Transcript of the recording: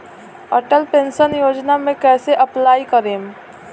Atal pension योजना मे कैसे अप्लाई करेम?